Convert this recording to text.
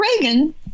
Reagan